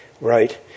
right